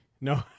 no